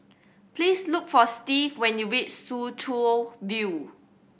please look for Steve when you reach Soo Chow View